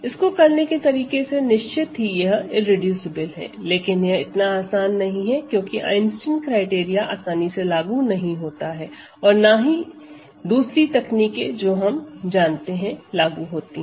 इसको करने के तरीके से निश्चित ही यह इररेडूसिबल है लेकिन यह इतना आसान नहीं है क्योंकि आइंस्टीन क्राइटेरिया आसानी से लागू नहीं होता है और ना ही दूसरी तकनीकें जो हम जानते हैं लागू होती हैं